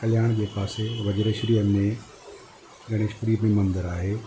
कल्याण जे पासे वज्रश्रीअ में गणेशपुरी बि मंदरु आहे